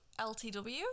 ltw